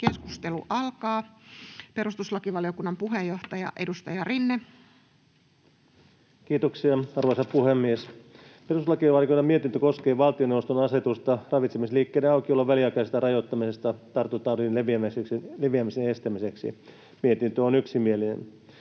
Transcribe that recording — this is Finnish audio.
voimassaolosta. — Perustuslakivaliokunnan puheenjohtaja, edustaja Rinne. Kiitoksia, arvoisa puhemies! Perustuslakivaliokunnan mietintö koskee valtioneuvoston asetusta ravitsemisliikkeiden aukiolon väliaikaisesta rajoittamisesta tartuntataudin leviämisen estämiseksi. Mietintö on yksimielinen.